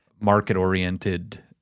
market-oriented